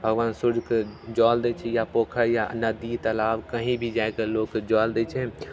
भगवान सूर्यके जल दै छै या पोखरि या नदी तलाब कहीं भी जाके लोक जल दै छै